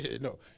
No